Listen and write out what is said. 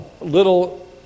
little